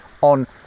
on